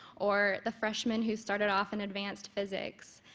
or the freshmen who started off in advanced physics.